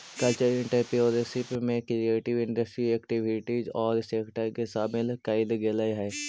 cultural entrepreneurship में creative industry activities औउर sector के शामिल कईल गेलई हई